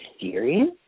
serious